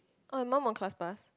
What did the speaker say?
oh your mum on class pass